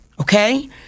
Okay